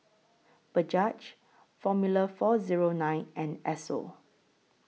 Bajaj Formula four Zero nine and Esso